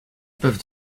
peuvent